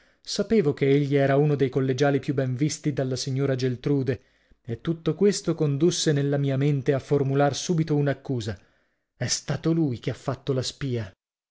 sapevo che egli era uno dei collegiali più ben visti dalla signora geltrude e tutto questo condusse nella mia mente a formular subito un'accusa è stato lui che ha fatto la spia